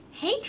Hey